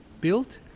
built